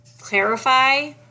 clarify